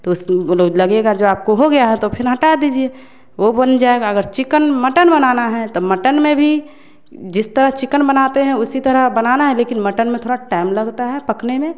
तो उस वो लगेगा जो आपको हो गया हैं तो फिर हटा दीजिए वो बन जाएगा अगर चिकन मटन बनाना हैं तो मटन में भी जिस तरह चिकन बनाते हैं उसी तरह बनाना है लेकिन मटन में थोड़ा टाइम लगता है पकने में